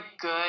good